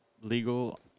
legal